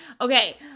Okay